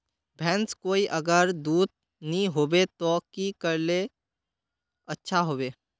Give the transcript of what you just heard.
भैंस कोई अगर दूध नि होबे तो की करले ले अच्छा होवे?